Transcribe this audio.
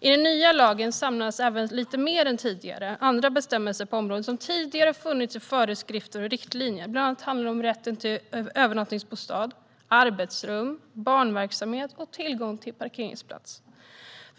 I den nya lagen samlas även lite mer än tidigare: andra bestämmelser på området som tidigare har funnits i föreskrifter och riktlinjer. Det handlar bland annat om rätten till övernattningsbostad och arbetsrum, barnverksamhet och tillgång till parkeringsplats.